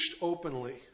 openly